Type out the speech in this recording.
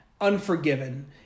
Unforgiven